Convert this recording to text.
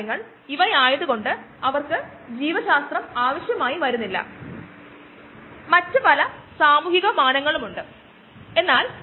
ഇത് വളരെ ലളിതമാണ് താരതമ്യേന സംസാരിക്കുക ആണെകിൽ ബാച്ച് ബയോറിയാക്ടർ പ്രവർത്തിക്കുന്നത് അത് മറ്റു തരത്തിലുള്ള ബാച്ച് അപേക്ഷിച്ച് അതായത് മറ്റു ബയോറിയാക്ടർസ്